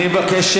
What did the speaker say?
אני מבקש.